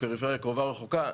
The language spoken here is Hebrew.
פריפריה קרובה רחוקה,